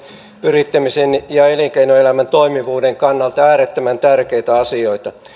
yrittämisen ja elinkeinoelämän toimivuuden kannalta äärettömän tärkeitä asioita